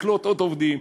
לקלוט עוד עובדים,